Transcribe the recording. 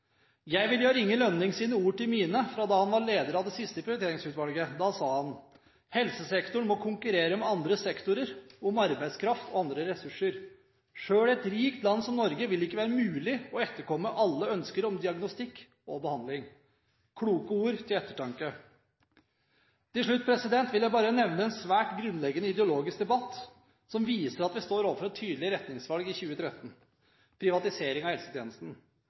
Jeg vil gjøre Inge Lønnings ord til mine. Da han var leder av det siste prioriteringsutvalget, sa han: må helsesektoren konkurrere med andre sektorer om arbeidskraft og andre ressurser. Selv i et rikt land som Norge vil det ikke være mulig å etterkomme alle ønsker om diagnostikk og behandling». – Kloke ord til ettertanke. Til slutt vil jeg bare nevne en svært grunnleggende ideologisk debatt som viser at vi står overfor et tydelig retningsvalg i 2013: privatisering av helsetjenesten.